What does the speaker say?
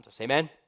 Amen